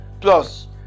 plus